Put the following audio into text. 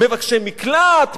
מבקשי מקלט,